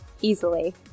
easily